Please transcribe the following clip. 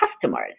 customers